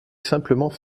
simplement